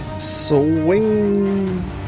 swing